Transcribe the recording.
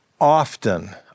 Often